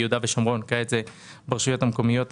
באיזה סעיף אתה?